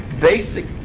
basic